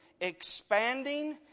expanding